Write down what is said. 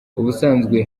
ubusanzwe